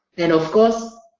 and of course,